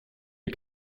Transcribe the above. les